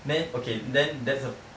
then okay then that's a